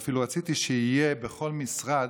ואפילו רציתי שיהיה בכל משרד,